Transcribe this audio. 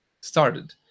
started